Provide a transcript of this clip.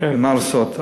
מה לעשות.